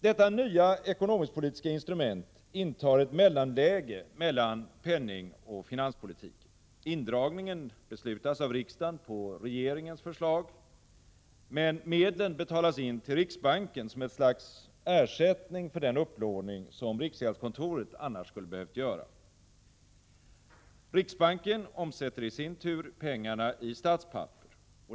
Detta nya ekonomisk-politiska instrument intar ett mellanläge mellan penningoch finanspolitiken. Indragningen beslutas av riksdagen på regeringens förslag, men medlen betalas in till riksbanken som ett slags ersättning för den upplåning som riksgäldskontoret annars skulle ha behövt göra. Riksbanken omsätter i sin tur pengarna i statspapper.